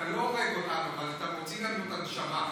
אתה לא הורג אותנו אבל אתה מוציא לנו את הנשמה.